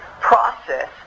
process